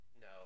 no